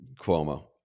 Cuomo